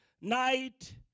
night